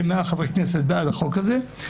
היה רוב של כ-100 חברי כנסת בעד החוק הזה,